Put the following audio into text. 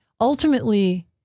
ultimately